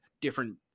different